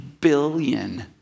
billion